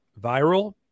Viral